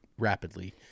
rapidly